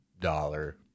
dollar